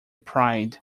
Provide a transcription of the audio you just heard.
pride